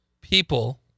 people